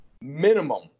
minimum